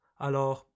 Alors